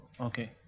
okay